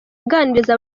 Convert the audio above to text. aganiriza